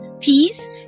peace